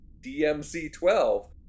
DMC-12